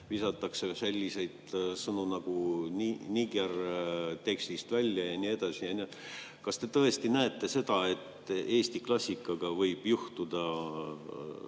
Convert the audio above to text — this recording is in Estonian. visatakse selliseid sõnu nagunigertekstist välja ja nii edasi, ja nii edasi. Kas te tõesti näete seda, et eesti klassikaga võib juhtuda